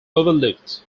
overlooked